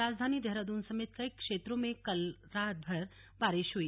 राजधानी देहरादून समेत कई क्षेत्रों में कल रातभर बारिश हुई